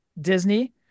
Disney